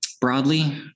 broadly